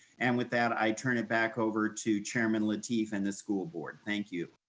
and with that, i turn it back over to chairman lateef and the school board, thank you.